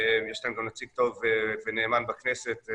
יש להם נציג טוב ונאמן בכנסת,